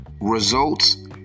results